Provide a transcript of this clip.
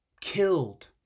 killed